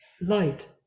light